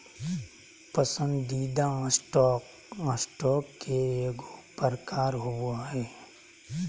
पसंदीदा stock, stock के एगो प्रकार होबो हइ